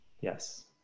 Yes